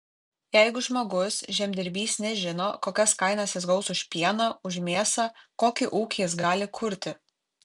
jeigu žmogus žemdirbys nežino kokias kainas jis gaus už pieną už mėsą kokį ūkį jis gali kurti